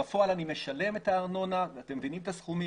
בפועל אני משלם את הארנונה ואתם מבינים את גודל הסכום,